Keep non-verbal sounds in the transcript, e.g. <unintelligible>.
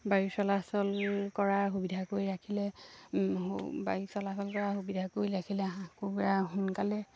বায়ু চলাচল কৰাৰ সুবিধা কৰি ৰাখিলে <unintelligible> বায়ু চলাচল কৰা সুবিধা কৰি ৰাখিলে হাঁহ কুকুৰা সোনকালেই